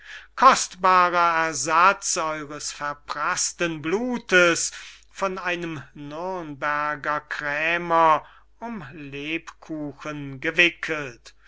kostbarer ersatz eures verpraßten blutes von einem nürnberger krämer um lebkuchen gewickelt